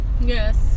yes